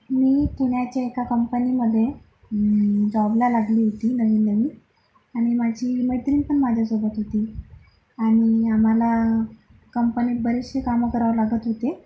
मी पुण्याच्या एका कंपनीमध्ये जॉबला लागली होती नवीनवी आणि माझी मैत्रीण पण माझ्यासोबत होती आणि आम्हाला कंपनीत बरेचसे कामं करावे लागत होते